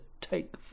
take